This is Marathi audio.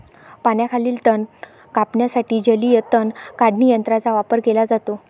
पाण्याखालील तण कापण्यासाठी जलीय तण काढणी यंत्राचा वापर केला जातो